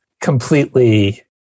completely